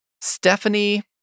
Stephanie